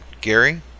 Gary